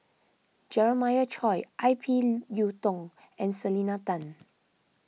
Jeremiah Choy I P Yiu Tung and Selena Tan